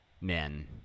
men